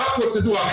מה הפרוצדורה.